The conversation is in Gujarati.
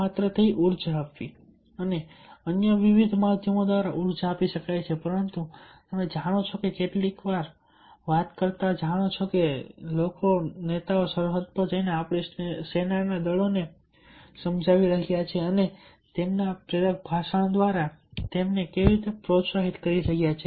માત્ર ઊર્જા આપવી અન્ય વિવિધ માધ્યમો દ્વારા ઉર્જા આપી શકાય છે પરંતુ તમે જાણો છો કે કેટલીકવાર વાત કરતાં જાણો છો કે લોકો નેતાઓ સરહદ પર જઈને આપણી સેનાને દળો તરફ જઈ રહ્યા છે અને તેઓ તેમના પ્રેરક ભાષણ દ્વારા તેમને કેવી રીતે પ્રોત્સાહિત કરી રહ્યા છે